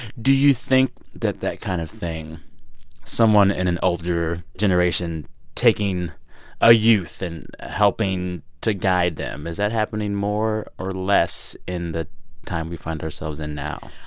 do you think that that kind of thing someone in an older generation taking a youth and helping to guide them is that happening more or less in the time we find ourselves in now?